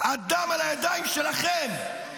הדם על הידיים שלכם.